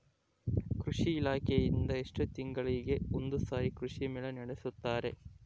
ಕೃಷಿ ಇಲಾಖೆಯಿಂದ ಎಷ್ಟು ತಿಂಗಳಿಗೆ ಒಂದುಸಾರಿ ಕೃಷಿ ಮೇಳ ನಡೆಸುತ್ತಾರೆ?